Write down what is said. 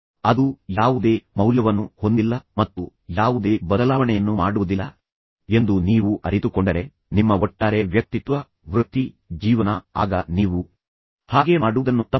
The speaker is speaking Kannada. ಅದು ಯಾವುದೇ ಮೌಲ್ಯವನ್ನು ಹೊಂದಿಲ್ಲ ಮತ್ತು ಅದು ಯಾವುದೇ ಬದಲಾವಣೆಯನ್ನು ಮಾಡುವುದಿಲ್ಲ ಎಂದು ನೀವು ಅರಿತುಕೊಂಡರೆ ನಿಮ್ಮ ಒಟ್ಟಾರೆ ವ್ಯಕ್ತಿತ್ವ ಒಟ್ಟಾರೆ ವೃತ್ತಿ ಒಟ್ಟಾರೆ ಜೀವನ ಆಗ ನೀವು ಹಾಗೆ ಮಾಡುವುದನ್ನು ತಪ್ಪಿಸಿ